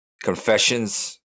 Confessions